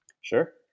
Sure